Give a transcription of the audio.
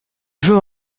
jeu